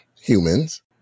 humans